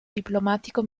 diplomatico